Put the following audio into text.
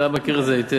אתה מכיר את זה היטב.